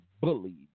bullied